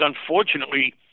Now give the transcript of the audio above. unfortunately